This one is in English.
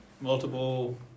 multiple